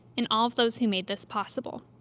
and all of those who made this possible.